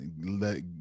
let